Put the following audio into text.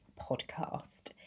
podcast